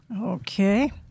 Okay